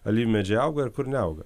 alyvmedžiai auga ir kur neauga